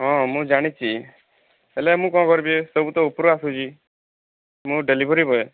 ହଁ ମୁଁ ଜାଣିଛି ହେଲେ ମୁଁ କଣ କରିବି ଏସବୁ ତ ଉପରୁ ଆସୁଛି ମୁଁ ଡେଲିଭରି ବଏ